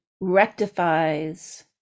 rectifies